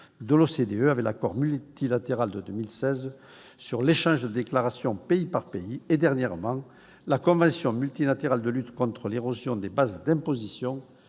de l'OCDE, avec l'accord multilatéral de 2016 sur l'échange de déclarations pays par pays et, dernièrement, la convention multilatérale de lutte contre l'érosion des bases d'imposition